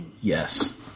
yes